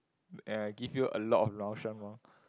and I give you a lot of Mao-Shan-Wang